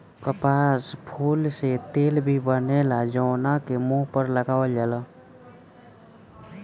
कपास फूल से तेल भी बनेला जवना के मुंह पर लगावल जाला